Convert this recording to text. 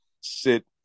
sit